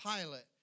Pilate